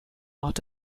art